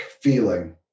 feeling